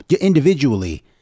individually